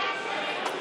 חברי הכנסת,